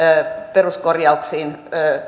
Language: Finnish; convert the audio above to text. peruskorjauksiin